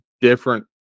different